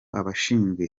abashinzwe